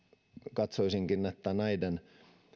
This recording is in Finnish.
katsoisinkin että näiden